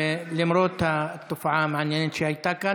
למרות התופעה המעניינת שהייתה כאן.